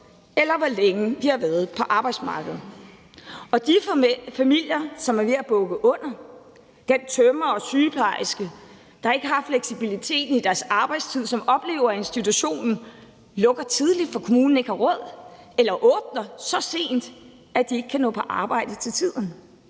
eller hvor længe man har været på arbejdsmarkedet. Og de familier, der er ved at bukke under – den tømrer og sygeplejerske, der ikke har fleksibiliteten i deres arbejdstid, og som oplever, at institutionen lukker tidligt, fordi kommunen ikke har råd, eller åbner så sent, at de kan nå på arbejde til tiden